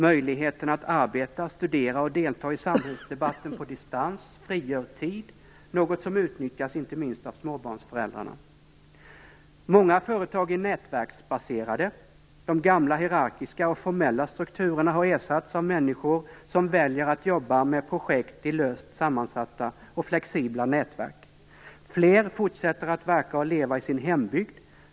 Möjligheterna att arbeta, studera och delta i samhällsdebatten på distans frigör tid - något som utnyttjas inte minst av småbarnsföräldrarna. Många företag är nätverksbaserade. De gamla hierarkiska och formella strukturerna har ersatts av människor som väljer att jobba med projekt i löst sammansatta och flexibla nätverk. Fler fortsätter att verka och leva i sin hembygd.